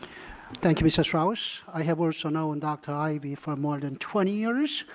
thank you, mrs. strauss. i have also known dr. ivey for more than twenty years,